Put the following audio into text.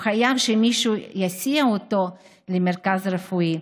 הוא חייב שמישהו יסיע אותו למרכז הרפואי,